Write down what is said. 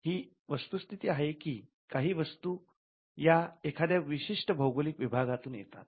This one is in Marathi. ही वस्तुस्थिती आहे की काही वस्तू या एखाद्या विशिष्ट भौगोलिक विभागातून येतात